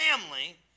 family